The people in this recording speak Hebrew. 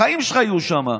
החיים שלך יהיו שם,